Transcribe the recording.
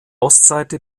ostseite